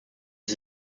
ist